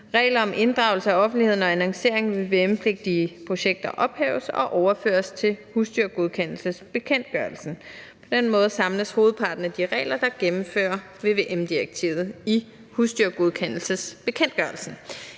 regler om inddragelse af offentligheden og annoncering ved vvm-pligtige projekter ophæves og overføres til husdyrgodkendelsesbekendtgørelsen. På den måde samles hovedparten af de regler, der gennemfører vvm-direktivet, i husdyrgodkendelsesbekendtgørelsen